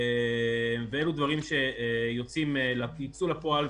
אלו דברים שייצאו לפועל,